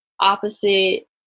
opposite